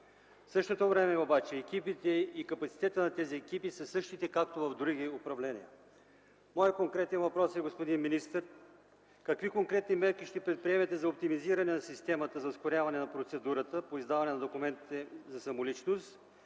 В същото време обаче екипите и капацитетът на тези екипи са същите, както в другите управления. Моят конкретен въпрос, господин министър, е: какви конкретни мерки ще предприемете за оптимизиране на системата, за ускоряване на процедурата по издаване на документите за самоличност